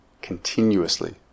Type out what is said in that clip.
continuously